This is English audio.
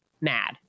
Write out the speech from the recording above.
mad